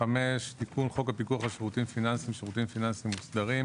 תיקון חוק הפיקוח על שירותים פיננסיים (שירותים פיננסיים מוסדרים)